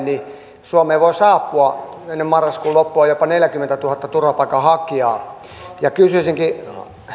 niin suomeen voi saapua ennen marraskuun loppua jopa neljäkymmentätuhatta turvapaikanhakijaa kysyisinkin